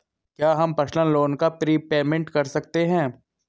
क्या हम personal loan का प्रीपेमेंट कर सकते हैं?